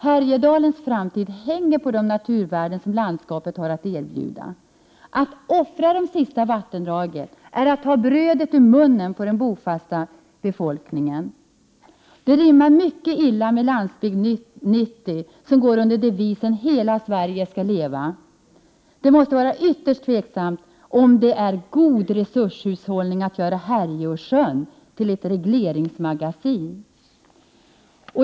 Härjedalens framtid hänger på de naturvärden som landskapet har att erbjuda. Att offra de sista vattendragen är att ta brödet ur munnen på den bofasta befolkningen. Det rimmar mycket illa med Landsbygd 90, som går under devisen ”Hela Sverige ska leva”. Det måste vara ytterst tveksamt om det är god resurshushållning att göra Härjeåsjön till ett regleringsmagasin.